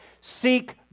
Seek